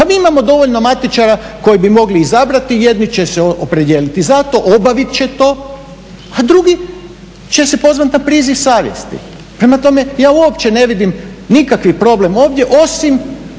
Pa mi imamo dovoljno matičara koji bi mogli izabrati, jedni će se opredijeliti za to, obavit će to, a drugi će se pozvat na priziv savjesti. Prema tome, ja uopće ne vidim nikakav problem ovdje, osim